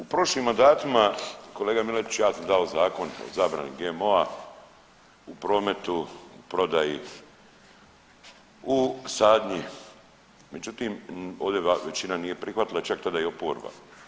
U prošlim mandatima kolega Miletiću ja sam dao zakon o zabrani GMO-a u prometu, prodaji, u sadnji, međutim ovdje većina nije prihvatila čak i tada oporba.